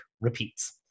Repeats